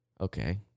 okay